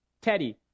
Teddy